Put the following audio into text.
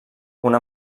una